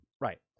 Right